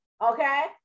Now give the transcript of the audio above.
okay